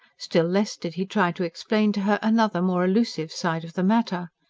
still less did he try to explain to her another, more elusive side of the matter.